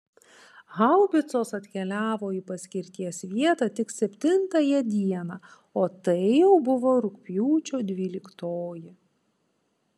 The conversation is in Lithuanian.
haubicos atkeliavo į paskirties vietą tik septintąją dieną o tai buvo jau rugpjūčio dvyliktoji